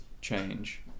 change